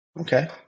okay